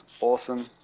awesome